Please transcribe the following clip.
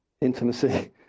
intimacy